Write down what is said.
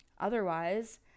Otherwise